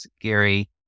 Gary